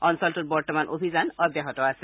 অঞ্চলটোত বৰ্তমান অভিযান অব্যাহত আছে